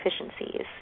efficiencies